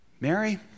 Mary